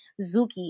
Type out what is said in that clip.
Zuki